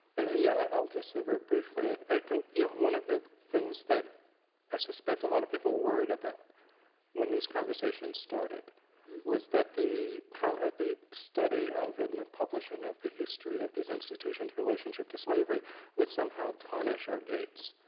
and yeah i'll just say very briefly, i think yeah one of the things that i suspect a lot of people worried about when these conversations started was that the kind of ah the study of, and the publishing of the history of these institutions' relationship to slavery would somehow tarnish our gates.